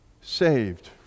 saved